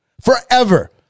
forever